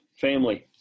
family